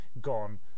gone